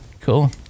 Cool